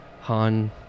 Han